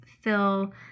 fill